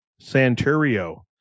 Santurio